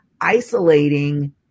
isolating